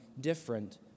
different